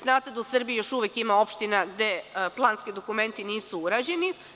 Znate da u Srbiji još uvek ima opština gde planski dokumenti nisu urađeni.